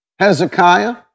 Hezekiah